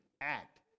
act